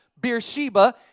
Beersheba